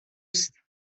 است